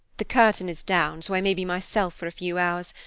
the curtain is down, so i may be myself for a few hours,